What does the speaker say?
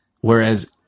Whereas